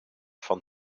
van